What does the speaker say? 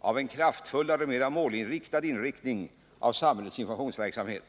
av en kraftfullare och mer målinriktad inriktning av samhällets informationsverksamhet.